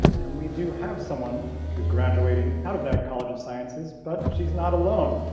and we do have someone who's graduating out of that college of sciences but she's not alone.